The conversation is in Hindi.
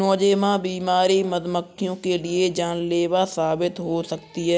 नोज़ेमा बीमारी मधुमक्खियों के लिए जानलेवा साबित हो सकती है